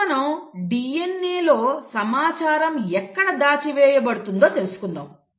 ఇప్పుడు మనం DNA లో సమాచారం ఎక్కడ దాచి వేయబడుతుందో తెలుసుకుందాం